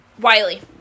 Wiley